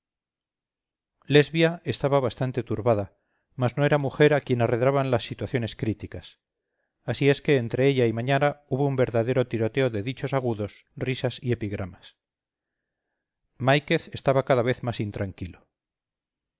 lesbia estaba bastante turbada mas no era mujer a quien arredraban las situaciones críticas así es que entre ella y mañara hubo un verdadero tiroteo de dichos agudos risas y epigramas máiquez estaba cada vez más intranquilo